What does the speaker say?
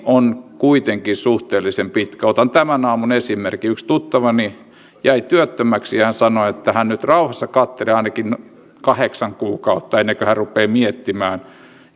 on kuitenkin suhteellisen suuri otan tämän aamun esimerkin yksi tuttavani jäi työttömäksi ja hän sanoi että hän nyt rauhassa katselee ainakin kahdeksan kuukautta ennen kuin hän rupeaa miettimään